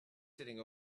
sitting